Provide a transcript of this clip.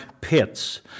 pits